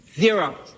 Zero